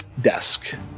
desk